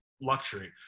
luxury